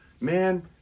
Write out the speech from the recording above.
Man